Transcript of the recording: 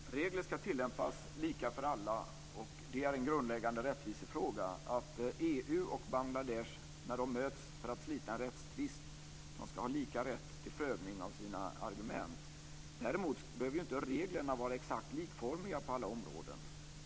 Herr talman! Regler ska tillämpas lika för alla. Det är en grundläggande rättvisefråga. När EU och Bangladesh möts för att slita en rättstvist ska man ha lika rätt till prövning av sina argument. Däremot behöver ju inte reglerna vara exakt likformiga på alla områden.